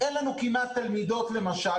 אין לנו כמעט תלמידות למשל